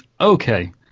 Okay